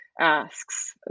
asks